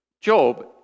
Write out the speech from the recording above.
Job